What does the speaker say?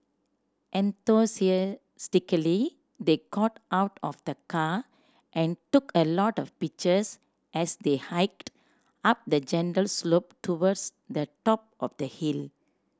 enthusiastically they got out of the car and took a lot of pictures as they hiked up the gentle slope towards the top of the hill